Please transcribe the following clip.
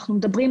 למשל,